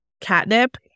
catnip